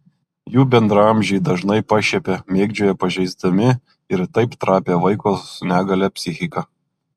jų bendraamžiai dažnai pašiepia mėgdžioja pažeisdami ir taip trapią vaiko su negalia psichiką